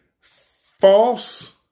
false